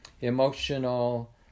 emotional